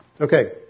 Okay